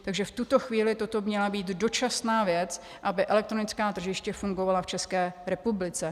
Takže v tuto chvíli toto měla být dočasná věc, aby elektronická tržiště fungovala v České republice.